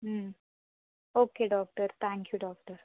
okay doctor thank you doctor